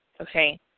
okay